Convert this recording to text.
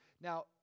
Now